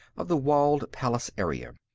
of the walled palace area.